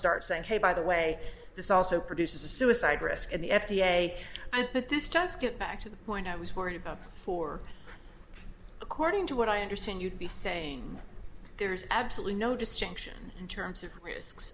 start saying hey by the way this also produces a suicide risk in the f d a i think this does get back to the point i was worried about for according to what i understand you to be saying there's absolutely no distinction in terms of risks